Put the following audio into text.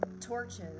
torches